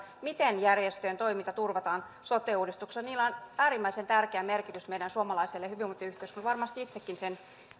miten järjestöjen toiminta turvataan sote uudistuksessa niillä on äärimmäisen tärkeä merkitys meidän suomalaiselle hyvinvointiyhteiskunnalle varmasti itsekin